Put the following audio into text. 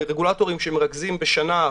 רגולטורים שמרכזים בשנה,